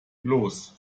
los